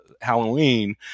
Halloween